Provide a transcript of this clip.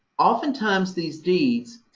oftentimes these deeds,